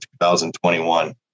2021